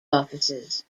offices